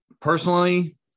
personally